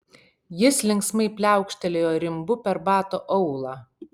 jis linksmai pliaukštelėjo rimbu per bato aulą